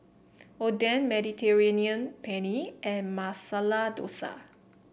Oden Mediterranean Penne and Masala Dosa